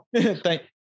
Thank